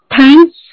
Thanks